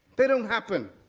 they don't happen.